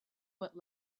what